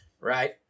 right